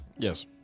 Yes